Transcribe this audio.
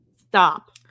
Stop